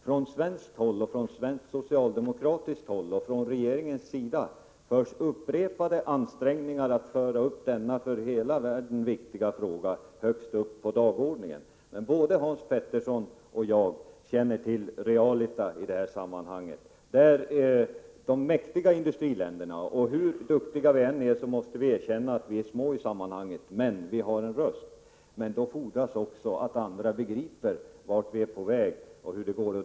Från svenskt håll, från svenskt socialdemokratiskt håll och från regeringens sida görs upprepade ansträngningar för att föra denna, för hela världen viktiga, fråga högst upp på dagordningen. Både Hans Petersson och jag känner till realia i detta sammanhang. Det är de mäktiga industriländerna som styr. Hur duktiga vi än är, måste vi erkänna att vi är små i sammanhanget. Men vi har en röst. Det fordras då också att andra begriper vart vi är på väg och hur det går.